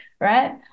right